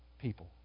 people